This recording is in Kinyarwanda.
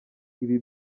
ibi